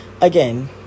again